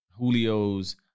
Julio's